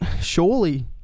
surely